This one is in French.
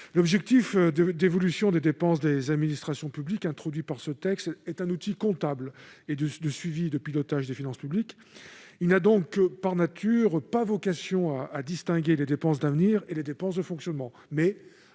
L'objectif d'évolution des dépenses des administrations publiques introduit par ce texte est un outil comptable de suivi et de pilotage des finances publiques. Il n'a donc, par nature, pas vocation à distinguer les dépenses d'avenir et les dépenses de fonctionnement,